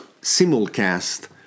simulcast